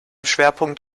schwerpunkt